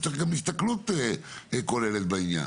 צריך גם הסתכלות כוללת בעניין,